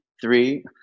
three